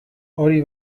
hori